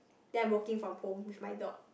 then I'm working from home with my dog